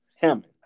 Hammond